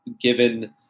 given